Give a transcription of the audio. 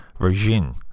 Virgin